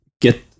get